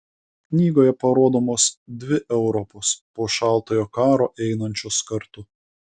knygoje parodomos dvi europos po šaltojo karo einančios kartu